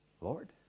Lord